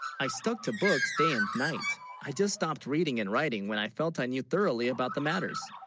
i stuck to books day, and night i just stopped reading and writing when i felt i knew thoroughly, about the matters